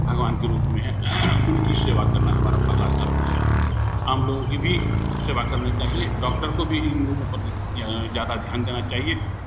भगवान के रूप में हैं उनकी सेवा करना हमारा पहला धर्म है आम लोगों की भी सेवा करनी चाहिए डॉक्टर को भी इन लोगों पर ज़्यादा ध्यान देना चाहिए